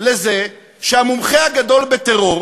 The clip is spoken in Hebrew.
לזה שהמומחה הגדול בטרור